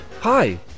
Hi